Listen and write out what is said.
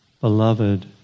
beloved